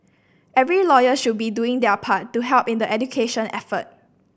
every lawyer should be doing their part to help in the education effort